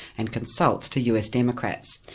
and consults to us democrats.